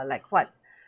like what